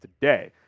today